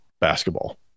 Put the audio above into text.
basketball